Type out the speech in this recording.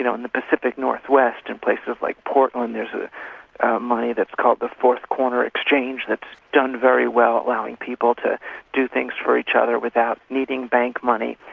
you know in the pacific northwest in places like portland, there's ah money that's called the fourth corner exchange that's done very well allowing people to do things for each other without needing bank money.